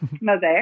mosaic